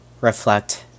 reflect